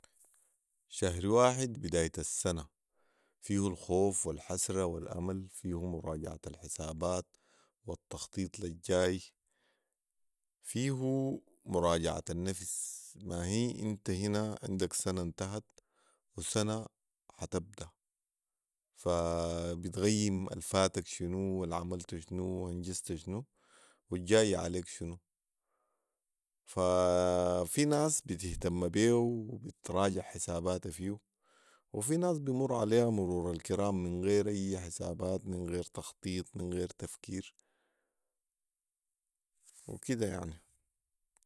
شهر واحد بداية السنه فيه الخوف والحسره والامل فيه مراجعه الحسابات والتخطيط للجاي فيه مراجعة النفس ماهي انت هنا عندك سنه انتهت وسنه حتبدا فبتغيم الفاتك شنو والعملتو شنو وانجزت شنو والجاي عليك شنو في ناس بتهتم بيو وبتراجع حساباتا فيو وفي ناس بيمر عليها مرور الكرام من غير اي حسابات من غير تخطيط من غير تفكير كده يعني